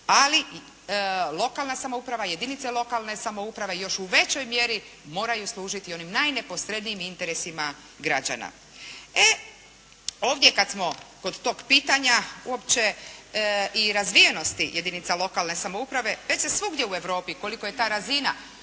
Ali, lokalna samouprava, jedinice lokalne samouprave još u većoj mjeri moraju služiti onim najneposrednijim interesima građana. Ovdje kad smo kod pitanja uopće i razvijenosti jedinica lokalne samouprave već se svugdje u Europi koliko je ta razina